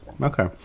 Okay